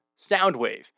Soundwave